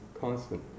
constant